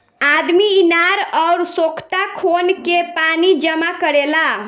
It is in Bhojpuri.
आदमी इनार अउर सोख्ता खोन के पानी जमा करेला